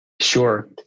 Sure